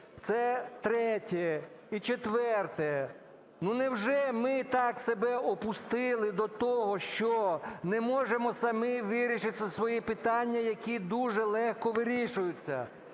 Це третє. І четверте. Ну, невже ми так себе опустили до того, що не можемо самі вирішити свої питання, які дуже легко вирішуються?